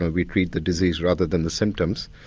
ah we treat the disease rather than the symptoms,